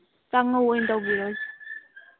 ꯆꯥꯉꯧ ꯑꯣꯏ ꯇꯧꯕꯤꯔꯛꯑꯣ